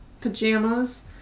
pajamas